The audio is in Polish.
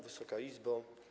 Wysoka Izbo!